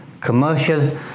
commercial